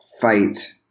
fight